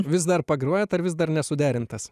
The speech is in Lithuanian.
vis dar pagrojat ar vis dar nesuderintas